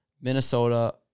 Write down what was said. Minnesota